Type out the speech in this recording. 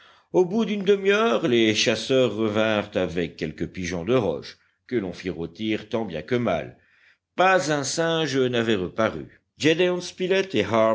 au bout d'une demi-heure les chasseurs revinrent avec quelques pigeons de roche que l'on fit rôtir tant bien que mal pas un singe n'avait reparu